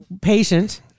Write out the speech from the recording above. patient